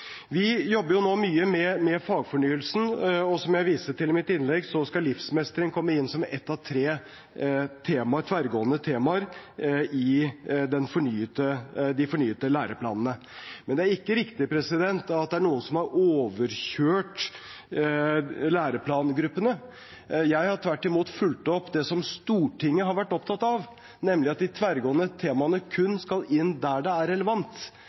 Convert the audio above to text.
Vi jobber nå mye med fagfornyelsen, og som jeg viste til i mitt innlegg, skal livsmestring komme inn som et av tre tverrgående temaer i de fornyede læreplanene, men det er ikke riktig at det er noen som har overkjørt læreplangruppene. Jeg har tvert imot fulgt opp det som Stortinget har vært opptatt av, nemlig at de tverrgående temaene kun skal inn der det er relevant.